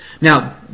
Now